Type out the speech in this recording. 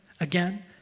again